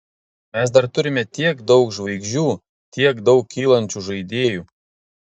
mes dar turime tiek daug žvaigždžių tiek daug kylančių žaidėjų